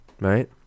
Right